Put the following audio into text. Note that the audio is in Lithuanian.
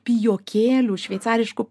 pijokėlių šveicariškų